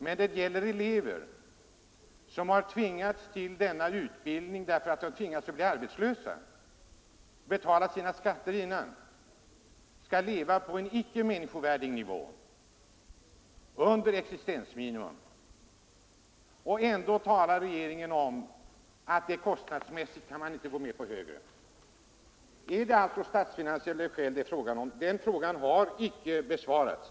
Men här gäller det elever som har tvingats till denna utbildning därför att de blivit arbetslösa. De har tidigare betalat sina skatter, de lever på en icke människovärdig nivå — under existensminimum. Och ändå talar regeringen om att kostnadsmässigt kan man icke gå med på högre bidrag. Är det alltså statsfinansiella skäl som ligger bakom? Den frågan har icke besvarats.